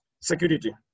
security